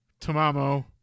Tamamo